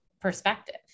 perspective